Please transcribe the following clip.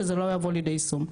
שזה לא יבוא לידי יישום.